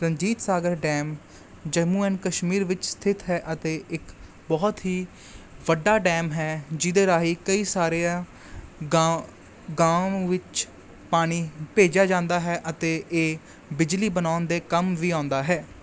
Ranjit Sagar dam Jammu and Kashmir ਵਿੱਚ ਸਥਿਤ ਹੈ ਅਤੇ ਇੱਕ ਬਹੁਤ ਹੀ ਵੱਡਾ ਡੈਮ ਹੈ ਜਿਹਦੇ ਰਾਹੀਂ ਕਈ ਸਾਰਿਆਂ ਗਾਂ ਗਾਂਓ ਵਿੱਚ ਪਾਣੀ ਭੇਜਿਆਂ ਜਾਂਦਾ ਹੈ ਅਤੇ ਇਹ ਬਿਜਲੀ ਬਣਾਉਣ ਦੇ ਕੰਮ ਵੀ ਆਉਂਦਾ ਹੈ